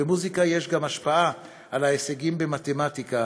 למוזיקה יש השפעה גם על ההישגים במתמטיקה,